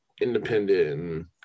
independent